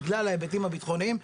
בגלל ההיבטים הביטחוניים,